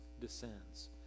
descends